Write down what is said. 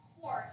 court